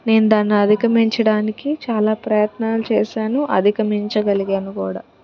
నేను దాన్ని అధిగమించడానికి చాలా ప్రయత్నాలు చేశాను అధిగమించగలిగాను కూడా